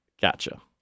Gotcha